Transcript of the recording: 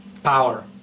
Power